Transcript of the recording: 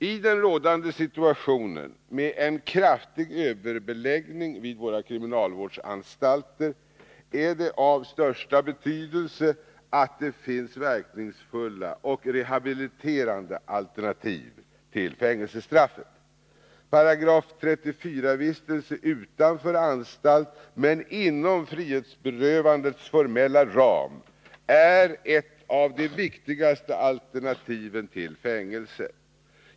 I den rådande situationen med en kraftig överbeläggning vid våra kriminalvårdsanstalter är det av största betydelse att det finns verkningsfulla och rehabiliterande alternativ till fängelsestraffet. 34 §-vistelse utanför anstalt men inom frihetsberövandets formella ram är ett av de viktigaste alternativen till fängelse.